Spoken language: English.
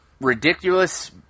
ridiculous